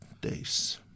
days